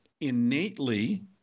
innately